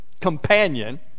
companion